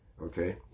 Okay